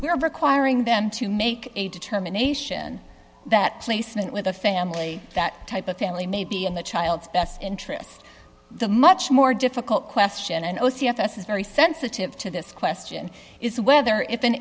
are requiring them to make a determination that placement with a family that type of family may be in the child's best interests the much more difficult question and all c f s is very sensitive to this question is whether if an